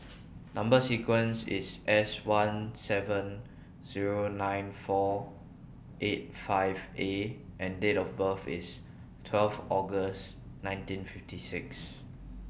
Number sequence IS S one seven Zero nine four eight five A and Date of birth IS twelve August nineteen fifty six